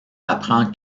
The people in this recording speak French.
apprend